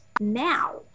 now